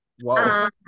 Wow